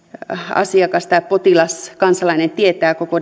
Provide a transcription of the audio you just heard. asiakas tai potilas kansalainen tietää koko